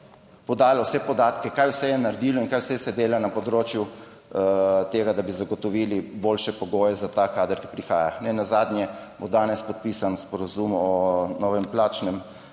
vse podatke, kaj vse je naredilo in kaj vse se dela na tem področju, da bi zagotovili boljše pogoje za ta kader, ki prihaja. Nenazadnje bo danes podpisan sporazum o novem plačnem